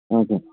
हजुर